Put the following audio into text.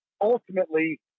ultimately